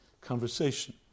conversation